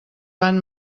van